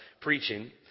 preaching